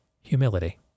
Humility